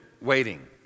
waiting